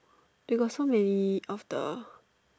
they got so many of the